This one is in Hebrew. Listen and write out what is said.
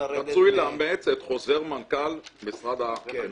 רצוי לאמץ את חוזר מנכ"ל בתקנות.